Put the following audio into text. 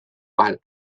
vahel